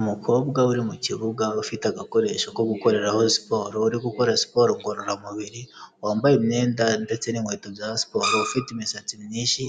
Umukobwa uri mu kibuga, ufite agakoresho ko gukoreraho siporo, uri gukora siporo ngororamubiri, wambaye imyenda ndetse n'inkweto bya siporo, ufite imisatsi myinshi,